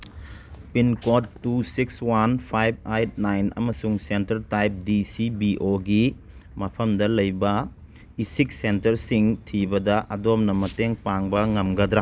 pincode two six one five eight nine ꯑꯃꯁꯨꯡ centre type D C B ꯑꯣꯒꯤ ꯃꯐꯝꯗ ꯂꯩꯕ ꯏꯁꯤꯛ ꯁꯦꯟꯇꯔꯁꯤꯡ ꯊꯤꯕꯗ ꯑꯗꯣꯝꯅ ꯃꯇꯦꯡ ꯄꯥꯡꯕ ꯉꯝꯒꯗ꯭ꯔꯥ